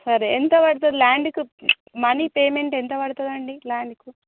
సరే ఎంత పడుతుంది లాండ్కి మనీ పేమెంట్ ఎంత పడుతుంది లాండ్కి